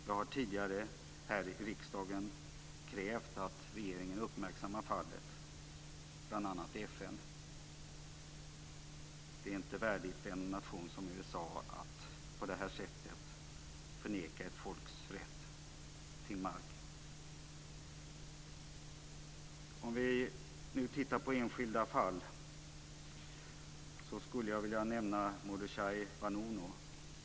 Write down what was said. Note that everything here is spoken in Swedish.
Jag har tidigare här i riksdagen krävt att regeringen uppmärksammar fallet bl.a. i FN. Det är inte värdigt en nation som USA att på det här sättet förneka ett folks rätt till mark. När vi nu tar upp enskilda fall skulle jag vilja nämna Mordechai Vanunu.